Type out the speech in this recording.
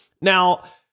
Now